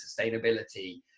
sustainability